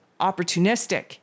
opportunistic